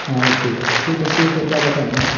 आं ओके त्रु तशें करपाक जाता न्हय